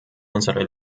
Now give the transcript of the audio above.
unsere